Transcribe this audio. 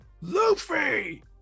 Luffy